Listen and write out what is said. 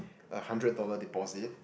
a hundred dollar deposit